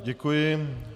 Děkuji.